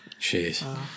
Jeez